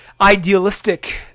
idealistic